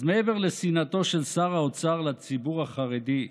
אז מעבר לשנאתו של שר האוצר לציבור החרדי,